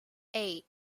eight